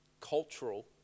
cultural